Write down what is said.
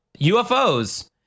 UFOs